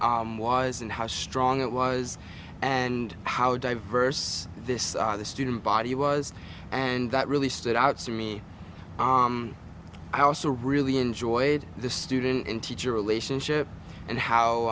was and how strong it was and how diverse this student body was and that really stood out to me i also really enjoyed the student and teacher relationship and how